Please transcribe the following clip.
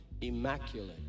Immaculate